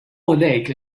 lake